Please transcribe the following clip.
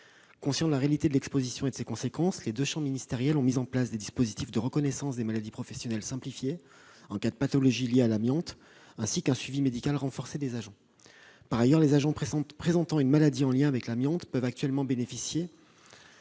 Conscients de la réalité de l'exposition et de ses conséquences, les deux champs ministériels ont mis en place des dispositifs simplifiés de reconnaissance de maladie professionnelle en cas de pathologie liée à l'amiante, ainsi qu'un suivi médical renforcé des agents. Par ailleurs, les agents souffrant d'une maladie en lien avec l'amiante peuvent actuellement bénéficier